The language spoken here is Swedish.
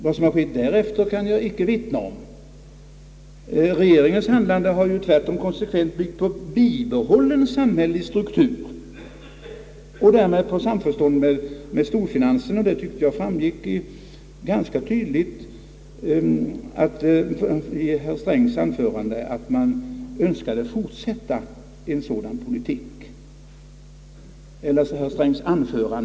Vad som skett därefter kan jag inte vittna om. Regeringens handlande har ju tvärtom konsekvent byggt på bibehållen samhällelig struktur och därmed på samförstånd med storfinansen. Jag tycker det har framgått ganska tydligt av herr Strängs anföranden att man önskar fortsätta en sådan politik.